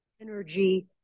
energy